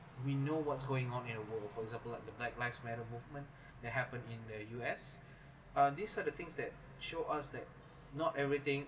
we know what's going on in the world for example like the black lives matter movement that happen in the U_S uh these are the things that show us that not everything